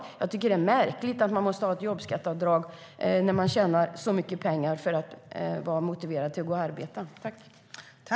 Om man tjänar så mycket pengar tycker jag att det är märkligt att man måste ha ett jobbskatteavdrag för att vara motiverad att arbeta.